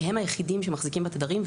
כי הם היחידים שמחזיקים בתדרים,